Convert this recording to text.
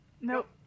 Nope